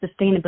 sustainability